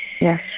Yes